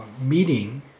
meeting